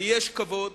ויש כבוד,